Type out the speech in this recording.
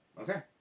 okay